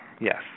yes